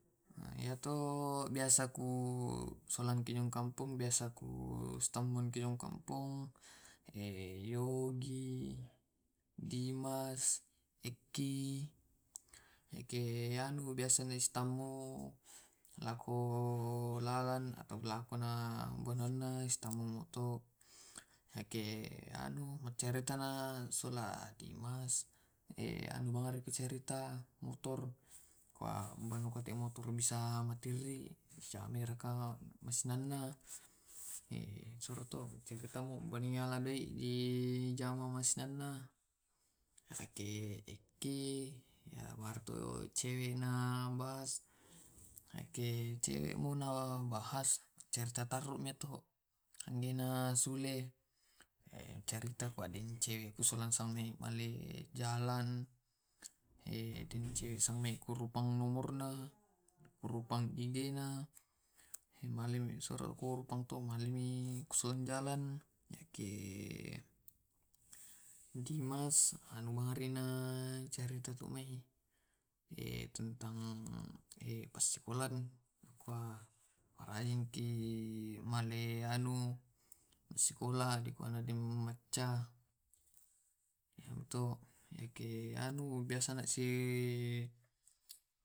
Tu ge kampung mule tabu isolasi tamu demi solata. Ki njo maki isenganto sitampe solata sitampe ki maguru, kiistirahat tu solata sitenga semua mi tor maki indngi solata. endeesempe masila baru. Sola ngaseng mi to itoki bongki larang, kesulaimi passikolang, solai ponjio mau siyau tu mapakatabbe, mapakarokko, mani to kopi, deceng esman to parukkua suruarong dekuto carita makea massar. Naminto massal calabai inna tau massal sitenga selanya to tahang oi laoki makkullia, salamentong didepanto